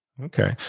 Okay